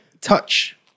touch